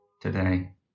today